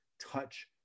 touch